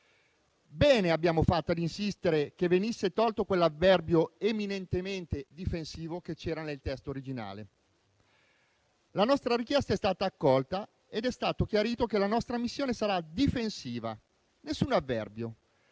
Bene abbiamo fatto ad insistere che venisse tolto quell'avverbio «eminentemente» riferito all'aggettivo «difensivo» che c'era nel testo originale. La nostra richiesta è stata accolta ed è stato chiarito che la nostra missione sarà difensiva. Nessuno avverbio.